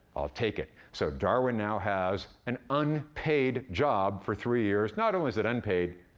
i'll take it. so darwin now has an unpaid job for three years. not only is it unpaid,